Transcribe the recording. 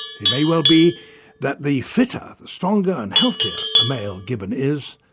it may well be that the fitter, the stronger and healthier a male gibbon is,